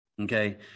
okay